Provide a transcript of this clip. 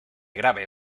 grave